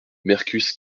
mercus